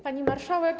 Pani Marszałek!